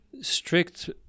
strict